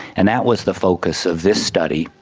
and that was the focus of this study.